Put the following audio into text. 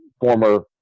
former